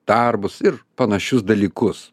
darbus ir panašius dalykus